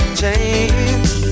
change